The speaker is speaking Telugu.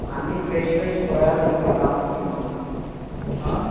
అన్నీ ఫ్రెష్ ఫ్రెష్ కూరగాయలు తీసుకు వెళ్దాం అనుకుంటున్నాం